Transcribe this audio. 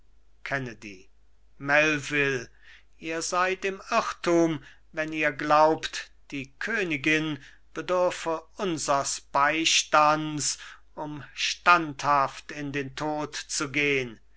ihr seid im irrtum wenn ihr glaubt die königin bedürfe unsers beistands um standhaft in den tod zu gehn